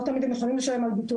הם לא יודעים מה זה ביטוח,